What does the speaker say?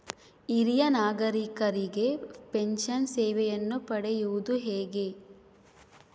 ಹಿರಿಯ ನಾಗರಿಕರಿಗೆ ಪೆನ್ಷನ್ ಸೇವೆಯನ್ನು ಪಡೆಯುವುದು ಹೇಗೆ?